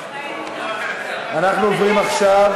אנחנו עוברים עכשיו